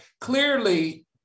clearly